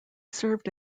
served